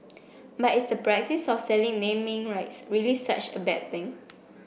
but is the practice of selling naming rights really such a bad thing